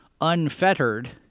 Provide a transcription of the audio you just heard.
unfettered